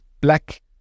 black